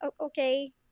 okay